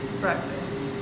breakfast